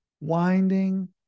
winding